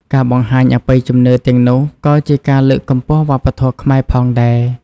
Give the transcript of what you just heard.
ការបង្ហាញអបិយជំនឿទាំងនោះក៏ជាការលើកកម្ពស់វប្បធម៌ខ្មែរផងដែរ។